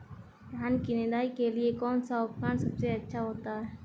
धान की निदाई के लिए कौन सा उपकरण सबसे अच्छा होता है?